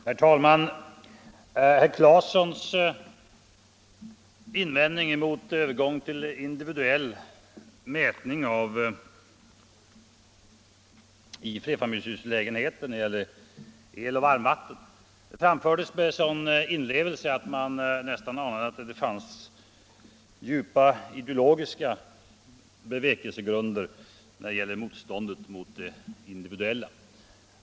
Herr talman! Herr Claesons invändningar mot övergång till individuell mätning av eloch varmvattenförbrukningen i flerfamiljshus framfördes med sådan inlevelse att man nästan anade att det fanns djupa ideologiska bevekelsegrunder för motståndet mot det individuella.